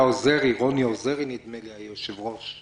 היה רוני עוזרי נדמה לי, היושב-ראש.